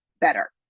better